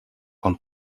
von